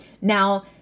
Now